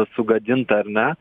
sugadinta ar ne